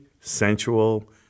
sensual